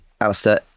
Alistair